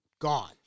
Gone